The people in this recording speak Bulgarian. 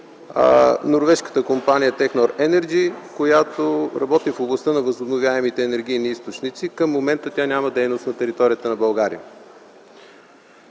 норвежката компания „Техно Енерджи”, която работи в областта на възобновяемите енергийни източници. Към момента тя няма дейност на територията на България.